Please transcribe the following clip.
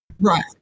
Right